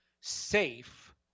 safe